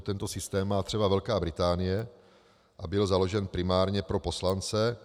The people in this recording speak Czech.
Tento systém má třeba Velká Británie a byl založen primárně pro poslance.